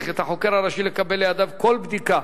את החוקר הראשי לקבל לידיו כל בדיקה,